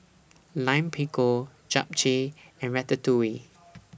Lime Pickle Japchae and Ratatouille